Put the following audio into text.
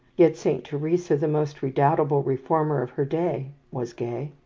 yet saint teresa, the most redoubtable reformer of her day, was gay.